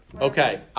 okay